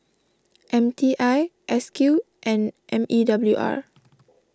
M T I S Q and M E W R